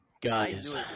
Guys